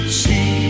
see